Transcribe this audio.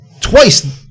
twice